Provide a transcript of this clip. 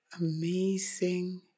amazing